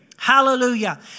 Hallelujah